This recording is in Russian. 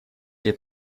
лет